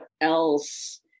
else